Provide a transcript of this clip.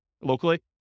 locally